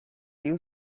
you